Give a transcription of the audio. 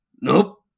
Nope